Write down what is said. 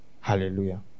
Hallelujah